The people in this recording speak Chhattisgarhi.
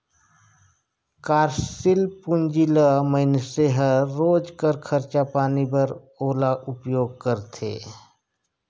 कारसील पूंजी ल मइनसे हर रोज कर खरचा पानी बर ओला उपयोग करथे